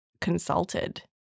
consulted